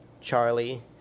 Charlie